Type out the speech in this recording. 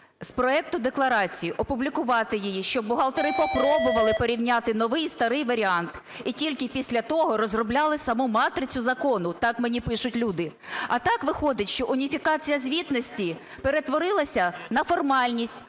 з проекту декларації – опублікувати її, щоб бухгалтери попробували порівняти новий і старий варіанти і тільки після того розробляли саму матрицю закону, так мені пишуть люди. А так виходить, що уніфікація звітності перетворилася на формальність,